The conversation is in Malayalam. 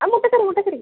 ആ മുട്ടക്കറി മുട്ടക്കറി